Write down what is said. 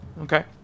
Okay